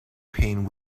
payne